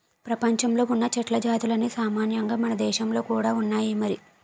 ప్రపంచంలో ఉన్న చెట్ల జాతులన్నీ సామాన్యంగా మనదేశంలో కూడా ఉన్నాయి మరి